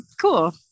Cool